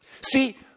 See